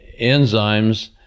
enzymes